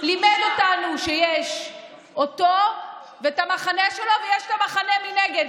לימד אותנו שיש אותו ואת המחנה שלו ויש את המחנה מנגד,